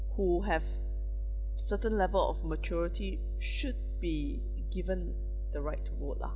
who have certain level of maturity should be given the right to vote lah